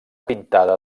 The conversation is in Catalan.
pintada